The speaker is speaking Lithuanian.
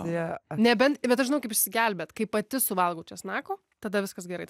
nebent bet aš žinau kaip išsigelbėt kai pati suvalgau česnako tada viskas gerai